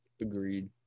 Agreed